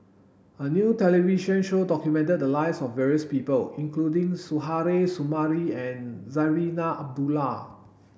a new television show documented the lives of various people including Suzairhe Sumari and Zarinah Abdullah